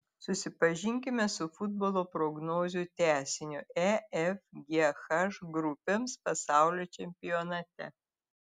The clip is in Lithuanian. susipažinkime su futbolo prognozių tęsiniu e f g h grupėms pasaulio čempionate